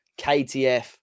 KTF